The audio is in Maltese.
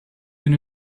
din